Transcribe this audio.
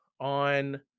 on